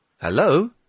Hello